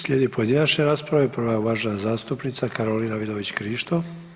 Slijedi pojedinačna rasprava i prva je uvažena zastupnica Karolina Vidović Krišto.